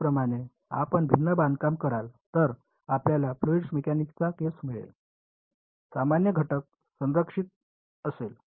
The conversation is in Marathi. त्याचप्रमाणे आपण भिन्न बांधकाम कराल तर आपल्याला फ्लुईड मेकॅनिक्सचा केस मिळेल सामान्य घटक संरक्षित असेल